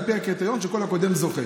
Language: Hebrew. על פי הקריטריון שכל הקודם זוכה.